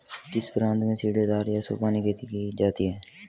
किस प्रांत में सीढ़ीदार या सोपानी खेती की जाती है?